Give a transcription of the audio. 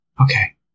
Okay